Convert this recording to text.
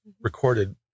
recorded